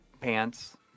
pants